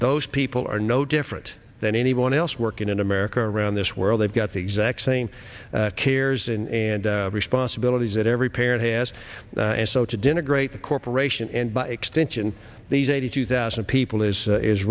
those people are no different than anyone else working in america around this world they've got the exact same cares in and responsibilities that every parent has and so to denigrate the corporation and by extension these eighty two thousand people is